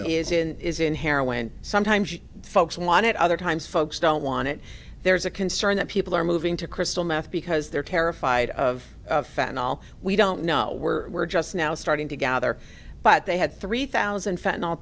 is in is in heroin sometimes you folks want it other times folks don't want it there's a concern that people are moving to crystal meth because they're terrified of fat and all we don't know where we're just now starting to gather but they had three thousand f